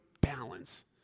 balance